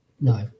No